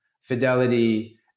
Fidelity